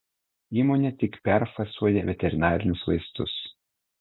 įmonė tik perfasuoja veterinarinius vaistus